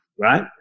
right